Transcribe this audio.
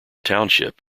township